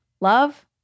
love